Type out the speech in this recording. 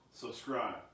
subscribe